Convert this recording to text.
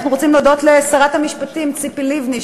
אנחנו רוצים להודות לשרת המשפטים ציפי לבני,